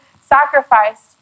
sacrificed